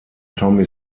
tommy